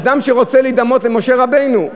אדם שרוצה להידמות למשה רבנו.